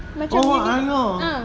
macam you need ah